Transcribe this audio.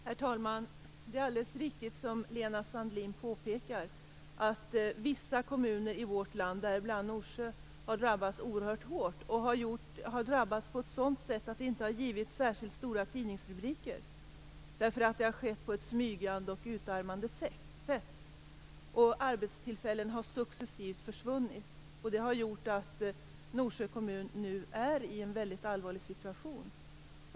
Herr talman! Det är alldeles riktigt, som Lena Sandlin påpekar, att vissa kommuner i vårt land, däribland Norsjö, har drabbats oerhört hårt och på ett sådant sätt att det inte har givit särskilt stora tidningsrubriker, därför att det har skett på ett smygande och utarmande sätt. Arbetstillfällen har successivt försvunnit, och det har gjort att Norsjö kommun nu är i en väldigt allvarlig situation.